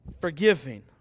Forgiving